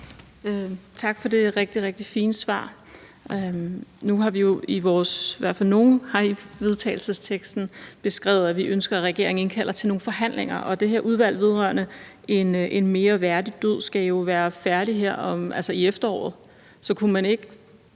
Tak for det rigtig, rigtig fine svar. Nu har i hvert fald nogle jo i vedtagelsesteksten skrevet, at vi ønsker, at regeringen indkalder til nogle forhandlinger, og udvalget vedrørende en mere værdig død skal jo være færdig her i efteråret, så kunne man ikke